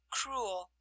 cruel